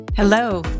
Hello